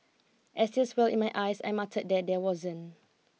as tears welled in my eyes I muttered that there wasn't